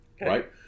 Right